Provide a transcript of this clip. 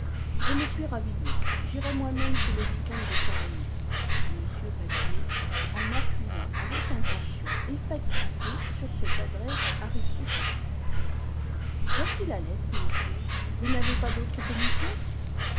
je me suis ravisé j'irai moi-même chez le vicomte de saint-remy dit m badinot en appuyant avec intention et fatuité sur cette adresse aristocratique voici la lettre monsieur vous n'avez pas d'autre commission